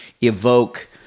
evoke